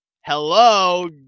Hello